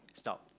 stout